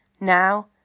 now